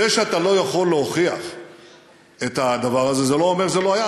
זה שאתה לא יכול להוכיח את הדבר הזה זה לא אומר שזה לא היה.